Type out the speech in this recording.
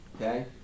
Okay